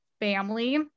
family